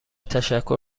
تشکر